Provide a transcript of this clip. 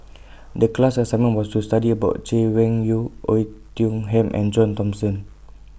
The class assignment was to study about Chay Weng Yew Oei Tiong Ham and John Thomson